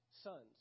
sons